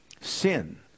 Sin